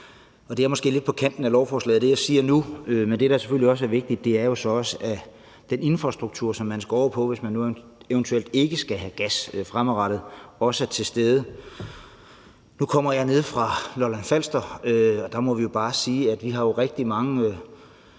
Det er måske lidt på kanten af lovforslaget, hvad jeg siger nu, men det, der selvfølgelig også er vigtigt, er jo, at den infrastruktur, man skal bruge, hvis man eventuelt ikke skal have gas fremadrettet, også er til stede. Nu kommer jeg nede fra Lolland-Falster, og der må vi jo bare sige, at vi har rigtig mange,